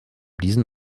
diesen